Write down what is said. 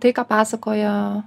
tai ką pasakoja